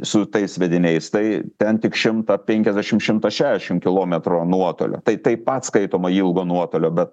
su tais sviediniais tai ten tik šimtą penkiasdešimt šimtą šešim kilometrų nuotoliu tai taip pat skaitoma ilgo nuotoliu bet